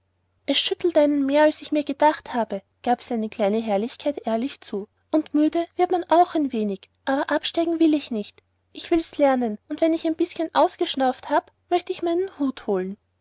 es schüttelt einen mehr als ich mir gedacht habe gab seine kleine herrlichkeit ehrlich zu und müde wird man auch ein wenig aber absteigen will ich nicht ich will's lernen und wenn ich ein bißchen ausgeschnauft habe möchte ich meinen hut holen